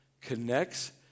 connects